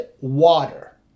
water